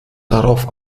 darauf